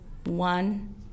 One